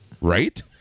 Right